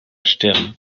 stirn